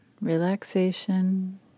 relaxation